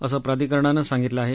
असं प्राधिकरणानं सांगितलं आहे